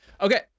Okay